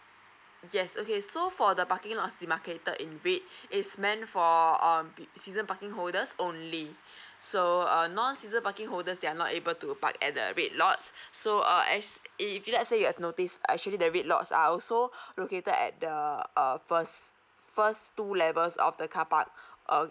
yes okay so for the parking lot demarcated in red it's meant for um season parking holders only so err non season parking holders they are not able to park at the red lots so err as if let's say you have noticed actually the red lots I'll so located at the first first two levels of the carpark err